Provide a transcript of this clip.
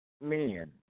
men